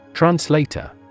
Translator